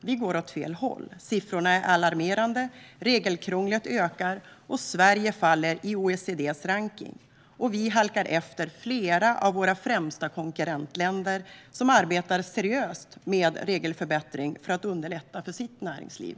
"Vi går åt fel håll. Siffrorna är alarmerande. Regelkrånglet ökar och Sverige faller i OECD:s ranking, och vi halkar efter flera av våra främsta konkurrentländer som arbetar seriöst med regelförbättring för att underlätta för sitt näringsliv."